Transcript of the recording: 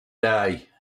day